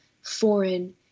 foreign